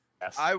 Yes